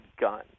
gun